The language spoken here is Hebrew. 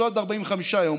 לא עוד 45 יום,